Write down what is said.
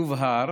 יובהר